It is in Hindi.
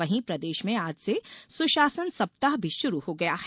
वहीं प्रदेश में आज से सुशासन सप्ताह भी शुरू हो गया है